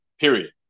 Period